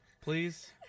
please